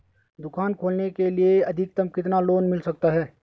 दुकान खोलने के लिए अधिकतम कितना लोन मिल सकता है?